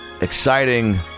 exciting